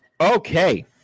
Okay